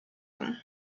them